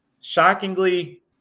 Shockingly